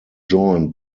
joined